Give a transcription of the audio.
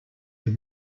your